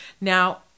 now